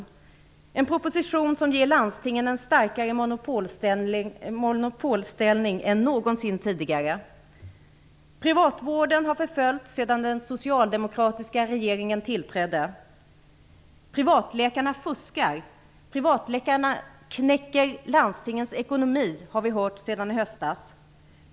Det är en proposition som ger landstingen en starkare monopolställning än någonsin tidigare. Privatvården har förföljts sedan den socialdemokratiska regeringen tillträdde. Privatläkarna fuskar, privatläkarna knäcker landstingets ekonomi, har vi hört sedan i höstas.